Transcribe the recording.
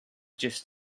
just